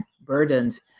burdened